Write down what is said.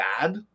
bad